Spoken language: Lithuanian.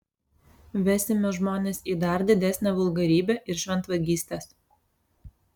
vesime žmones į dar didesnę vulgarybę ir šventvagystes